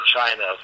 China